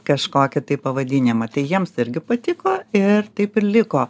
kažkokį tai pavadinimą tai jiems irgi patiko ir taip ir liko